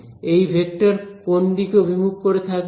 এই ভেক্টর কোন দিকে অভিমুখ করে থাকবে